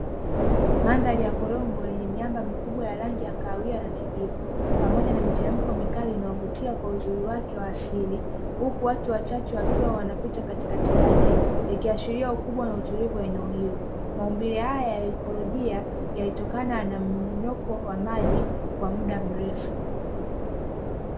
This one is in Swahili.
Mandhari ya korongo lenye miamba mikubwa ya rangi ya kahawia na kijivuu, pamoja na miteremko mikali inayovutia kwa uzuri wake wa asili, huku watu wachache wakiwa wanapita katikati yake, ikiashiria ukubwa na utulivu wa eneo hilo, maumbile haya ya ikolojia yalitokana nammonyoko wa maji kwa mda mrefu.